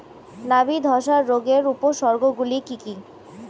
নাবি ধসা রোগের উপসর্গগুলি কি কি?